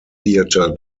theatre